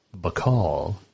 Bacall